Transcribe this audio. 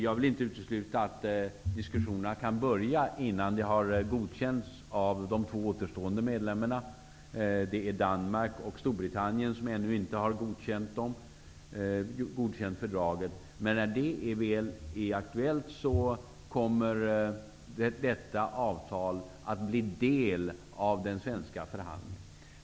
Jag vill inte utesluta att diskussionerna kan påbörjas innan fördraget har godkänts av de två återstående medlemmarna, Danmark och Storbritannien, vilka ännu inte har godkänt fördraget. Men när det väl blir aktuellt kommer detta avtal att bli del av den svenska förhandlingen.